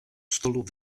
stolu